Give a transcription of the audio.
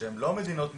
שהן לא מדינות מתקדמות,